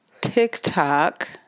TikTok